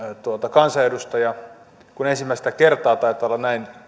kansanedustaja kun ensimmäistä kertaa taitaa olla näin